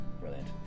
Brilliant